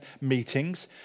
meetings